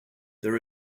there